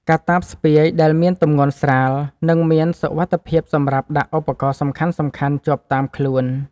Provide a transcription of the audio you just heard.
កាតាបស្ពាយដែលមានទំម្ងន់ស្រាល និងមានសុវត្ថិភាពសម្រាប់ដាក់ឧបករណ៍សំខាន់ៗជាប់តាមខ្លួន។